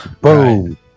boom